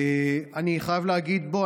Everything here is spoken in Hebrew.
בוא,